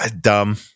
dumb